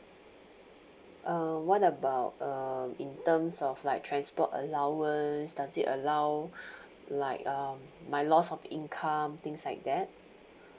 uh what about um in terms of like transport allowance does it allow like um my lost of income things like that